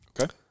Okay